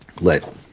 let